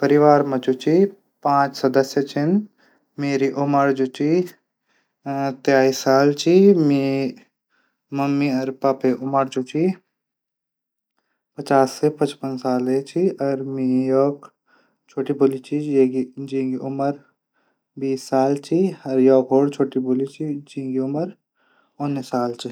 परिवार मा पांच सदस्य छन मेरी उम्र तेईस साल मेरी मम्मी और पापा उम्र जू च पचास से पचपन साल च। मेरी छुट्टी भुली च जींकी उम्र बीस साल च। एक और छुट्टी भुली च जींकी उम्र उन्नीस साल च।